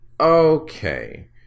okay